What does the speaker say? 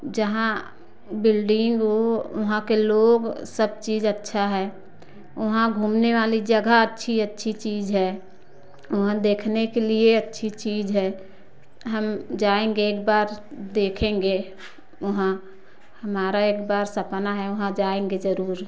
जहाँ बिल्डिंग हो वहाँ के लोग सब चीज़ अच्छा है वहाँ घूमने वाली जगह अच्छी अच्छी चीज़ है वहाँ देखने के लिए अच्छी चीज़ है हम जाएँगे एक बार देखेंगे वहाँ हमारा एक बार सपना है वहाँ जाएँगे ज़रूर